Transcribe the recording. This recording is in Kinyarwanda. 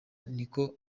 nikwo